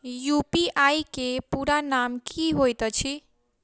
UPI केँ पूरा नाम की होइत अछि?